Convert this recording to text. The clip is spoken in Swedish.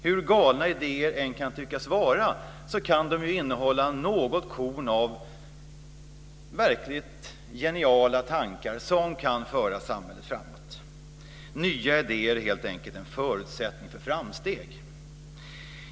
Hur galna idéerna än kan tyckas vara kan de innehålla något korn av verkligt geniala tankar som kan föra samhället framåt. Nya idéer är helt enkelt en förutsättning för framsteg.